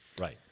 Right